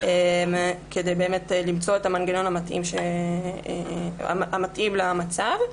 זה כדי למצוא את המנגנון המתאים למצב.